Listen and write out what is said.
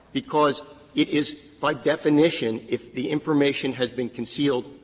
because it is by definition, if the information has been concealed,